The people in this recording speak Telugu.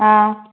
ఆ